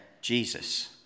Jesus